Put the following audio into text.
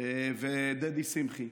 ודדי שמחי.